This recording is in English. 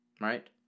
Right